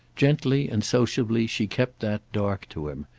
gently and sociably she kept that dark to him,